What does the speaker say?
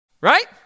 Right